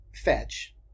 fetch